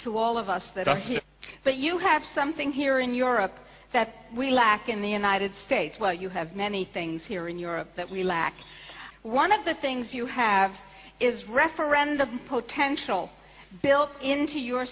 to all of us that are here but you have something here in europe that we lack in the united states well you have many things here in europe that we lack one of the things you have is referendum potential built into your